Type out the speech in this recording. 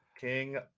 king